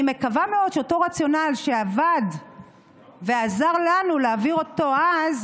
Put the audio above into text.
אני מקווה מאוד שאותו רציונל שעבד ועזר לנו להעביר אותו אז,